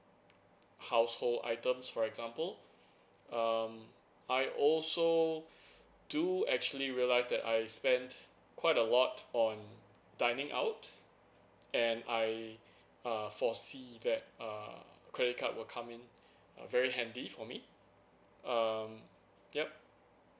household items for example um I also do actually realise that I spent quite a lot on dining out and I uh foresee that err credit card will come in uh very handy for me um yup